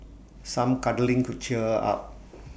some cuddling could cheer her up